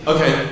Okay